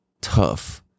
tough